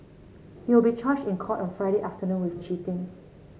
he will be charged in court on Friday afternoon with cheating